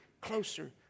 closer